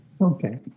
Okay